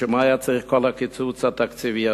בשביל מה היה צריך את כל הקיצוץ התקציבי הזה?